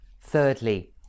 Thirdly